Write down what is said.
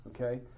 Okay